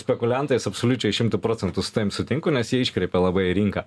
spekuliantais absoliučiai šimtu procentų su tavim sutinku nes jie iškreipia labai rinką